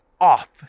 off